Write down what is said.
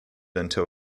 until